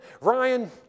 Ryan